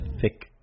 thick